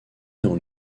dans